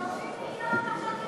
30 מיליון ועכשיו, מה קרה?